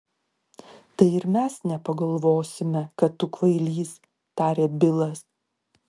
tai ir mes nepagalvosime kad tu kvailys tarė bilas